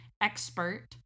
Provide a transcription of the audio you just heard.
expert